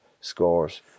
scores